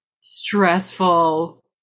stressful